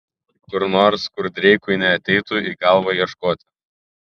kur nors kur dreikui neateitų į galvą ieškoti